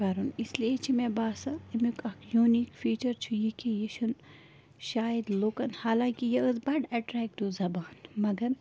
پَرُن اِس لیے چھِ مےٚ بَسان اَمیُک اَکھ یونیٖک چھُ یہِ کہِ یہِ چھُنہِ شاید لُکن حالاکہِ یہِ ٲسۍ بَڑٕ اٮ۪ٹریکٹیو زبان مگر